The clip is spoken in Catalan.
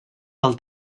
pel